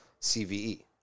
CVE